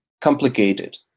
complicated